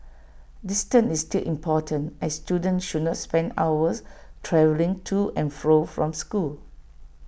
distance is still important as students should not spend hours travelling to and flow from school